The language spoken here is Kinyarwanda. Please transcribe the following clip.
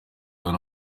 hano